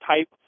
type